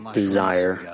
desire